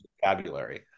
vocabulary